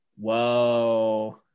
Whoa